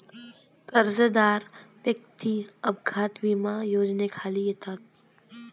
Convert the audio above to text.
कर्जदार वैयक्तिक अपघात विमा योजनेखाली येतात